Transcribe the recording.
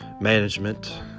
management